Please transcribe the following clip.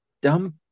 dumb